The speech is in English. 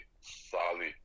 solid